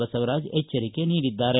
ಬಸವರಾಜ್ ಎಚ್ಚರಿಕೆ ನೀಡಿದ್ದಾರೆ